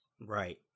Right